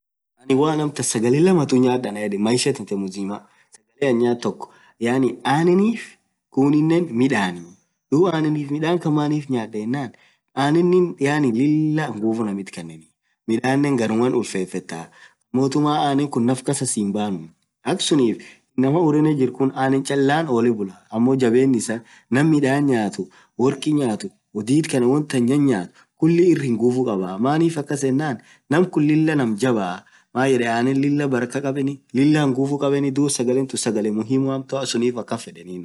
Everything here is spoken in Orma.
annin woo sagalee lamatuu nyaad anan yedden, maishaa tintii mzimaa anennif hiyoo midaan nyadaa. sababuun maniif nyadee enaan midaan garaan ulfeteenii aneen, nguvuu naamit kaaneni. harakaa naf kasaa si hinbaduunu.aksunif inama urenean anen challa dugaa inamaa diid kana akan midaan nyaan irr nguvuu kabaa, barakka kabaa duub saggalen tuun sagalee muhimuua suunif akaan nyateen.